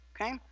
okay